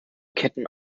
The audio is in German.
ketten